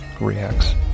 reacts